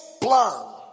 plan